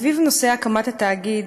סביב נושא הקמת התאגיד,